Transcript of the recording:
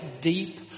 deep